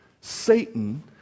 Satan